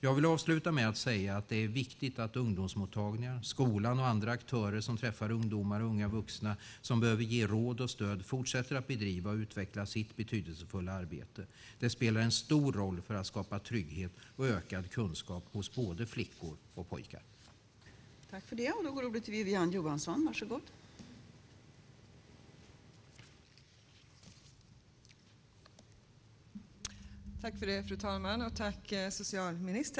Jag vill avsluta med att säga att det är viktigt att ungdomsmottagningar, skolan och andra aktörer som träffar ungdomar och unga vuxna som behöver råd och stöd fortsätter att bedriva och utveckla sitt betydelsefulla arbete. De spelar en stor roll för att skapa trygghet och ökad kunskap hos både flickor och pojkar.